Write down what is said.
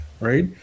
right